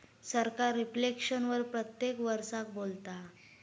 सरकार रिफ्लेक्शन वर प्रत्येक वरसाक बोलता